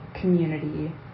community